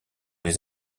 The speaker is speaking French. les